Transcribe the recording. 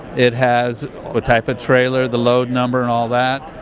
it has what type of trailer, the load number, and all that,